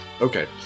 Okay